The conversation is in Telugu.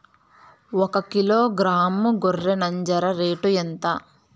ఒకకిలో గ్రాము గొర్రె నంజర రేటు ఎంత?